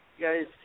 guys